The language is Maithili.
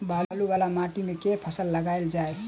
बालू वला माटि मे केँ फसल लगाएल जाए?